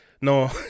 no